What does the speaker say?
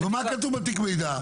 נו מה כתוב בתיק מידע?